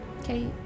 Okay